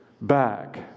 back